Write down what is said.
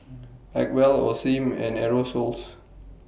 Acwell Osim and Aerosoles